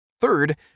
Third